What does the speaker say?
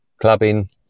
clubbing